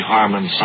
Harmon